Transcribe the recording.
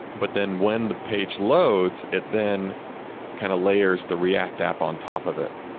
but then when the page loads, it then kind of layers the react app on top of it.